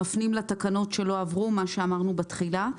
אנחנו מפנים לתקנות שלא עברו כפי שאמרנו בתחילת הדיון.